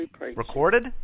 Recorded